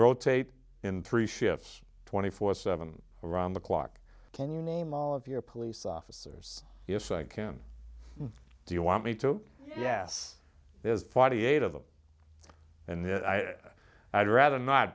rotate in three shifts twenty four seven around the clock can you name all of your police officers yes i can do you want me to yes there's forty eight of them and then i rather not